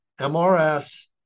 MRS